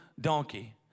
donkey